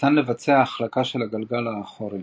ניתן לבצע החלקה של הגלגל האחורי,